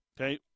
okay